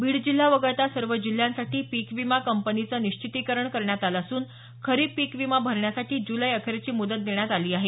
बीड जिल्हा वगळता सर्व जिल्ह्यांसाठी पीकविमा कंपनीचं निश्चितीकरण करण्यात आलं असून खरीप पीक विमा भरण्यासाठी जुलै अखेरची मुदत देण्यात आली आहे